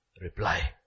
reply